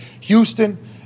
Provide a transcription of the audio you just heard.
Houston